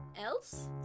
else